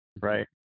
Right